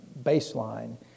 baseline